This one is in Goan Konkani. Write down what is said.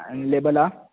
आनी लेबलां